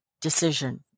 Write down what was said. decision